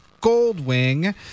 Goldwing